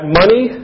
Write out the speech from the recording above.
money